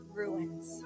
ruins